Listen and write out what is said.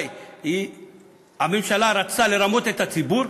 מה, הממשלה רצתה לרמות את הציבור?